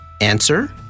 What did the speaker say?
Answer